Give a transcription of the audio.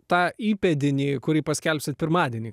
tą įpėdinį kurį paskelbsit pirmadienį